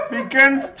begins